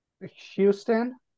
Houston